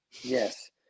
yes